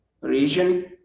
region